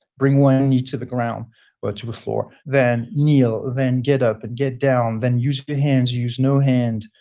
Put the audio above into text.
bring one knee to the ground or to the floor, then kneel then get up, and get down, then use your hands, use no hands.